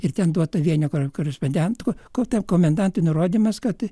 ir ten duota vienio korespondentų ko ten komendantui nurodymas kad